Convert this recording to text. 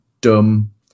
dumb